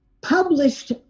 published